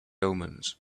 omens